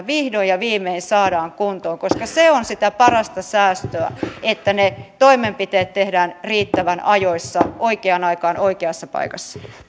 vihdoin ja viimein saadaan kuntoon koska se on sitä parasta säästöä että ne toimenpiteet tehdään riittävän ajoissa oikeaan aikaan oikeassa paikassa